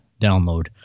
download